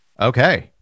Okay